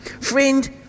Friend